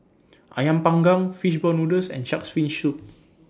Ayam Panggang Fish Ball Noodles and Shark's Fin Soup